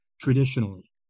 traditionally